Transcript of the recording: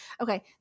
Okay